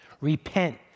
Repent